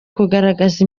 kugaragaza